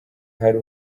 hari